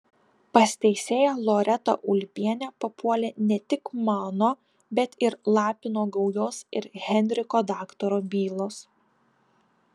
pas teisėją loretą ulbienę papuolė ne tik mano bet ir lapino gaujos ir henriko daktaro bylos